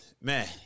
Man